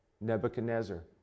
Nebuchadnezzar